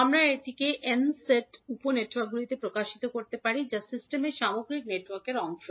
আমরা এটি N set উপ নেটওয়ার্কগুলিতে প্রসারিত করতে পারি যা সিস্টেমের সামগ্রিক নেটওয়ার্কের অংশ